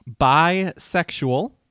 bisexual